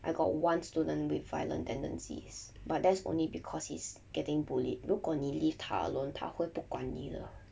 I got one student with violent tendencies but that's only because he's getting bullied 如果你 leave 他 alone 他会不管你的